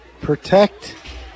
protect